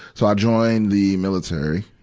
so join the military,